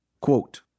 Quote